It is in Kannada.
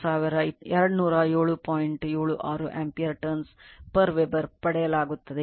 76 ampere turns per Weber ಪಡೆಯಲಾಗುತ್ತದೆ